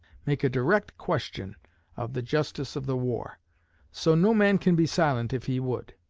make a direct question of the justice of the war so no man can be silent if he would.